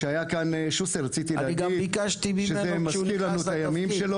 אני גם ביקשתי ממנו כשהוא נכנס לתפקיד.